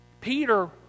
Peter